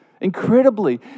Incredibly